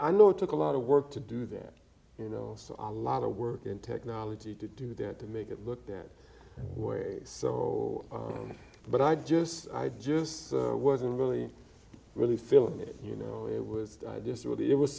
i know it took a lot of work to do that you know a lot of work and technology to do that to make it look that way but i just i just wasn't really really feeling it you know it was just what it was